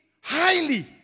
highly